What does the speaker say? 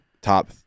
top